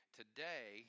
today